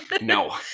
No